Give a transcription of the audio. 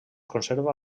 conserva